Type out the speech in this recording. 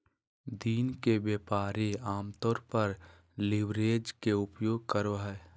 दिन के व्यापारी आमतौर पर लीवरेज के उपयोग करो हइ